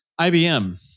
ibm